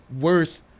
worth